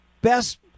Best